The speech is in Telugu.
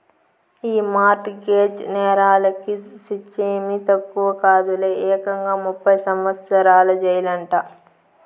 ఈ మార్ట్ గేజ్ నేరాలకి శిచ్చేమీ తక్కువ కాదులే, ఏకంగా ముప్పై సంవత్సరాల జెయిలంట